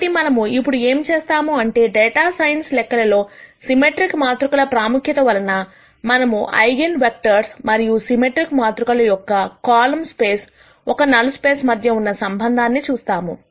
కాబట్టి మనము ఇప్పుడు ఏమి చేస్తాము అంటే డేటా సైన్స్ లెక్కలలో సిమెట్రిక్ మాతృకల ప్రాముఖ్యత వలన మనము ఐగన్ వెక్టర్స్ మరియు సిమెట్రిక్ మాతృకల యొక్క కాలమ్ స్పేస్ ఒక నల్ స్పేస్ మధ్య ఉన్న సంబంధాన్ని చూస్తాము